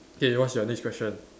K what's your next question